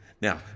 Now